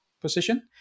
position